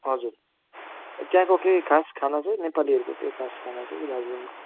हजुर त्यहाँको केही खास खाना चाहिँ नेपालीहरूको केही खास खाना चाहिँ दार्जिलिङको